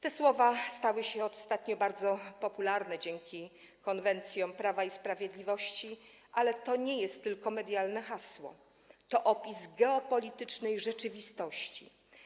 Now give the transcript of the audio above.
Te słowa stały się ostatnio bardzo popularne dzięki konwencjom Prawa i Sprawiedliwości, ale to nie jest tylko medialne hasło, to opis geopolitycznej rzeczywistości.